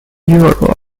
europe